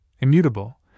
immutable